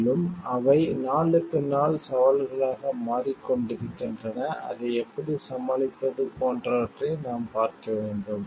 மேலும் அவை நாளுக்கு நாள் சவால்களாக மாறிக்கொண்டிருக்கின்றன அதை எப்படி சமாளிப்பது போன்றவற்றை நாம் பார்க்க வேண்டும்